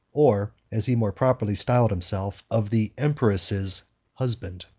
or, as he more properly styled himself, of the empress's husband.